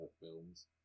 films